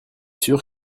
sûr